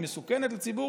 היא מסוכנת לציבור?